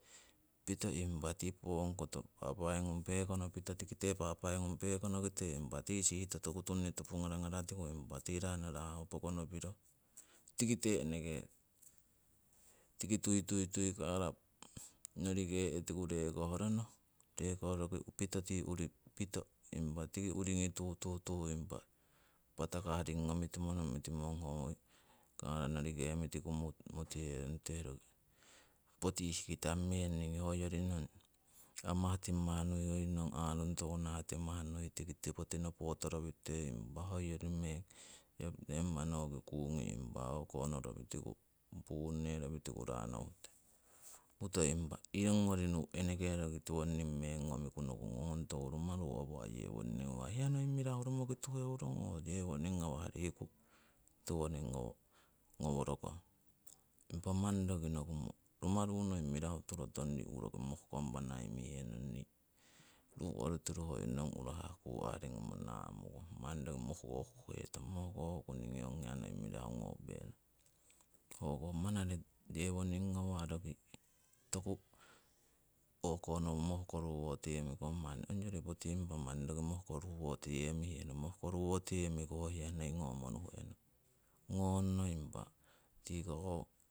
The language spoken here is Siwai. Pito impa tii pongkoto pa'pai ngung pekeno pito tikite pa'pai ngung pekono kite impa tii sihto toku runni topo ngara ngara tiku impa tii rano rahaho pokono piro tikite eneke tiki tui tui tui kara norike'tiku rekoh rono reke pito tii uri pito impa tiki uringii tuh tuh tuh patakah tii ring ngomitimo nomitimong ho kara norike mitiku mutihenute nute. Poti ihkita meng ningii hoyori nong amah timah nui hoyori nong aarung toku nah timah nui poti nopo toropite impa hoyori meng september noki kungi o'konoropitiku punneropitiko rano huto. Huto impa irongori nu' eneke tiwonining meng ngomiku noko ngong ong toku rumaru awa' hewoning ngawah riku tiwoning ngoworokong, hiya noi mirahu romoki tuheurong oo hewoning ngawah riku tiwoning ngoworokong. Impa roki noko ngong rumrau noi mirahu turong riku roki mohkompa nai mihenong. Ru oru tiru hoyori nong urahah ku aringomo na'mukong, hoko monare roki toku mohkoruwo toyemikong, ongori poti awa' ong manni roki mohkoruwo toyemihe nong, mohkoruwo toyemiku ho hiya noi ngomo nuhenong, ngongno impa tiko koh.